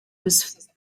was